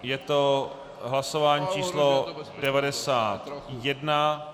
Je to hlasování číslo 91.